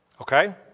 Okay